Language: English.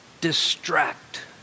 distract